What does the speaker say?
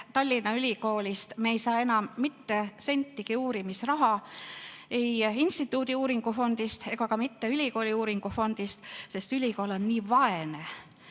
Tallinna Ülikoolist me ei saa enam mitte sentigi uurimisraha, ei instituudi uuringufondist ega ka mitte ülikooli uuringufondist, sest ülikool on nii vaene